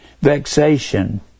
vexation